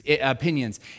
opinions